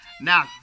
Now